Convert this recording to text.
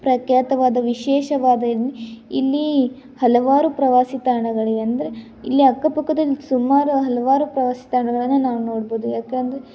ಪ್ರಖ್ಯಾತವಾದ ವಿಶೇಷವಾದ ಇಲ್ಲಿ ಹಲವಾರು ಪ್ರವಾಸಿ ತಾಣಗಳಿವೆ ಅಂದರೆ ಇಲ್ಲಿ ಅಕ್ಕ ಪಕ್ಕದಲ್ಲಿ ಸುಮಾರು ಹಲವಾರು ಪ್ರವಾಸಿ ತಾಣಗಳನ್ನು ನೋಡ್ಬೌದು ಯಾಕೆ ಅಂದರೆ